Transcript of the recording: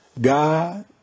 god